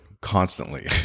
constantly